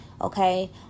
okay